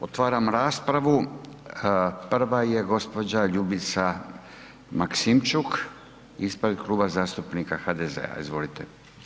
Otvaram raspravu. prva je gđa. Ljubica Maksimčuk ispred Kluba zastupnika HDZ-a, izvolite.